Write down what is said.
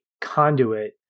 conduit